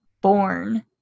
born